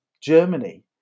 Germany